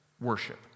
worship